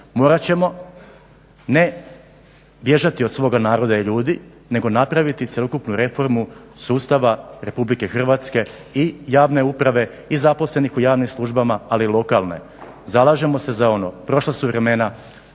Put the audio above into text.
morat ćemo ne bježati od svog naroda i ljudi nego napraviti cjelokupnu reformu sustava RH i javne uprave i zaposlenih u javnim službama ali lokalne. Zalažemo se za ono, prošla su vremena,